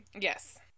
Yes